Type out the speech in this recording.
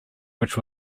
which